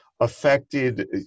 affected